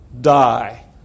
die